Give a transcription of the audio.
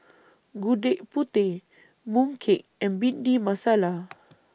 Gudeg Putih Mooncake and Bhindi Masala